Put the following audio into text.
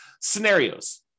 scenarios